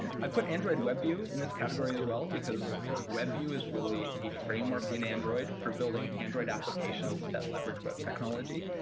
um i put android webview in this category as well because webview is really a framework in android for building android applications that leverage web technology.